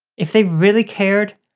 if they really cared,